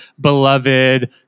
beloved